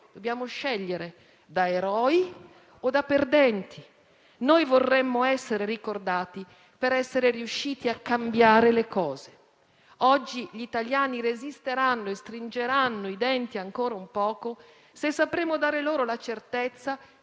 dobbiamo scegliere se farlo da eroi o da perdenti. Noi vorremmo essere ricordati per essere riusciti a cambiare le cose; oggi gli italiani resisteranno e stringeranno i denti ancora un poco, se sapremo dare loro la certezza